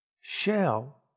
Shell